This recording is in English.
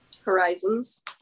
Horizons